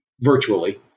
virtually